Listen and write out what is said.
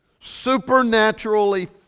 supernaturally